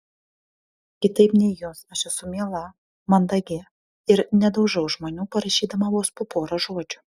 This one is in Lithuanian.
kitaip nei jūs aš esu miela mandagi ir nedaužau žmonių parašydama vos po porą žodžių